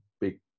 big